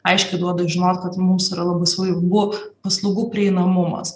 aiškiai duoda žinot kad mums yra labai svarbu paslaugų prieinamumas